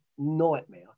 nightmare